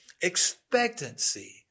expectancy